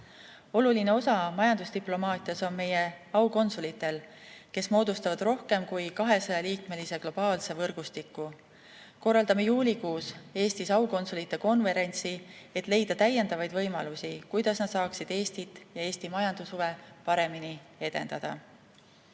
Oluline osa majandusdiplomaatias on meie aukonsulitel, kes moodustavad rohkem kui 200‑liikmelise globaalse võrgustiku. Korraldame juulikuus Eestis aukonsulite konverentsi, et leida täiendavaid võimalusi, kuidas nad saaksid Eestit ja Eesti majandushuve paremini edendada.